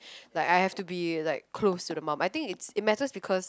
like I have to be like close to the mom I think it matters because